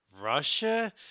Russia